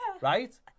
right